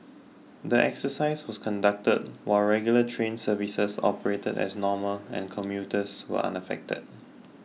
the exercise was conducted while regular train services operated as normal and commuters were unaffected